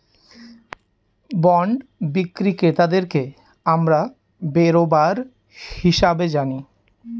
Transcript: bond বিক্রি ক্রেতাদেরকে আমরা বেরোবার হিসাবে জানি